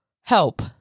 help